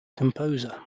composer